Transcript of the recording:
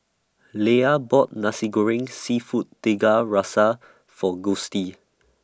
Leia bought Nasi Goreng Seafood Tiga Rasa For Gustie